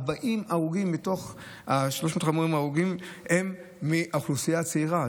40 הרוגים מתוך 350 ההרוגים הם מהאוכלוסייה הצעירה.